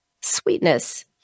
sweetness